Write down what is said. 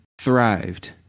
thrived